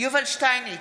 יובל שטייניץ,